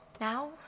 Now